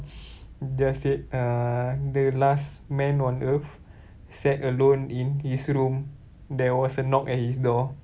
just said uh the last man on earth sat alone in his room there was a knock at his door